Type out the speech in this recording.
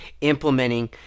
implementing